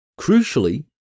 crucially